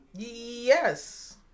Yes